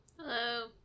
Hello